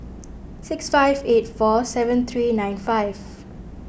six five eight four seven three nine five